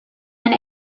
and